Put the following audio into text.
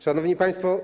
Szanowni Państwo!